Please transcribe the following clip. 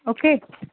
okay